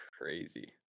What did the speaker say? crazy